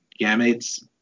gametes